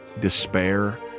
despair